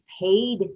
paid